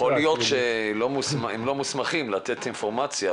יכול להיות שהם לא מוסמכים לתת אינפורמציה,